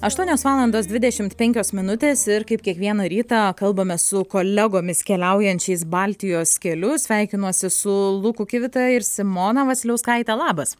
aštuonios valandos dvidešimt penkios minutės ir kaip kiekvieną rytą kalbamės su kolegomis keliaujančiais baltijos keliu sveikinuosi su luku kivita ir simona vasiliauskaite labas